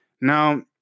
Now